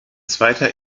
zweiter